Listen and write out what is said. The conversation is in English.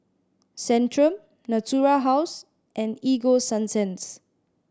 Centrum Natura House and Ego Sunsense